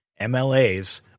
MLAs